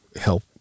help